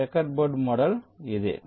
checker board model ఇదే